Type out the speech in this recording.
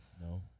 no